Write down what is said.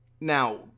now